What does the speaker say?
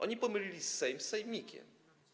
Oni pomylili Sejm z sejmikiem.